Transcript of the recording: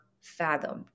fathomed